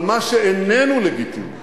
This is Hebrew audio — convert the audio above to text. אבל מה שאיננו לגיטימי